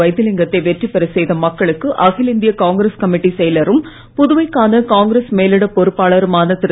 வைத்திலிங்கத்தை வெற்றி பெறச் செய்த மக்களுக்கு அகில இந்திய காங்கிரஸ் கமிட்டி செயலரும் புதுவைக்கான காங்கிரஸ் மேலிடப் பொறுப்பாளருமான திரு